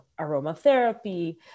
aromatherapy